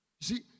See